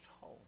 home